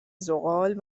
ذغال